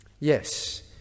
Yes